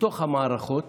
מתוך המערכות